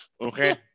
okay